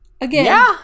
again